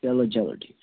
چلو چلو ٹھیٖک چھُ